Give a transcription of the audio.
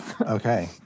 okay